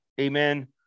amen